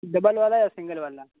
double वाला या single वाला